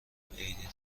عیدی